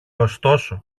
ωστόσο